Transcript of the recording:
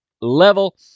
level